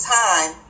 time